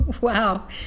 Wow